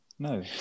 no